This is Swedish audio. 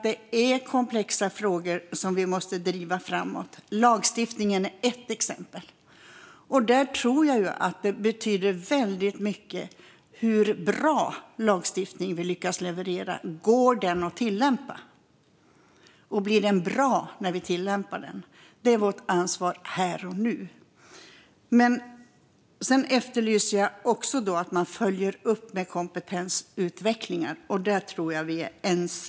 Det är komplexa frågor som vi måste driva framåt. Lagstiftningen är ett exempel. Där tror jag att det betyder väldigt mycket hur bra lagstiftning vi lyckas leverera. Går den att tillämpa, och blir den bra när vi tillämpar den? Det är vårt ansvar här och nu. Jag efterlyser också att man följer upp med kompetensutvecklingar. Där tror jag att vi är ense.